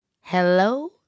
Hello